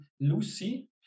Lucy